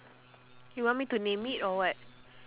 you want me to name it or what